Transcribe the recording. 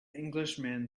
englishman